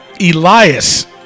Elias